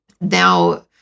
now